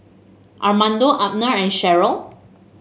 Armando Abner and Cheryll